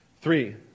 Three